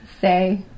say